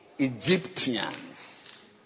egyptians